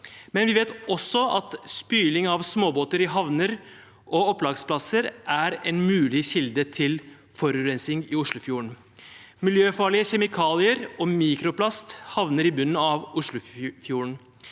Vi vet også at spyling av småbåter i havner og opplagsplasser er en mulig kilde til forurensing i Oslofjorden. Miljøfarlige kjemikalier og mikroplast havner i bunnen av Oslofjorden.